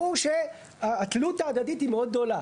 אז ברור שהתלות ההדדית היא מאוד גדולה.